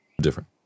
different